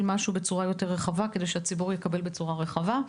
משהו בצורה רחבה כדי שהציבור יקבל בצורה רחבה.